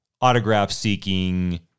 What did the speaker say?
autograph-seeking